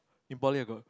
in ploy I got